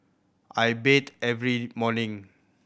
I bathe every morning